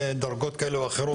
דרגות כאלה ואחרות,